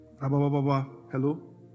hello